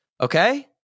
okay